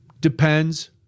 Depends